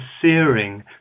searing